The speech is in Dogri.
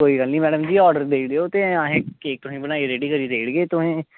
कोई गल्ल निं मैडम जी ऑर्डर देई ओड़ेओ ते असें केक बनाई तुसें ई रेडी करी देई ओड़गे